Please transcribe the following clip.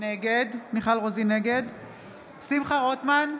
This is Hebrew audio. נגד שמחה רוטמן,